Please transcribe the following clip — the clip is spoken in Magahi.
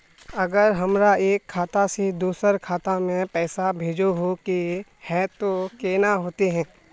अगर हमरा एक खाता से दोसर खाता में पैसा भेजोहो के है तो केना होते है?